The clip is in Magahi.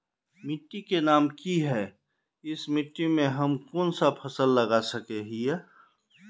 मिट्टी के नाम की है इस मिट्टी में हम कोन सा फसल लगा सके हिय?